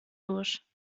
durch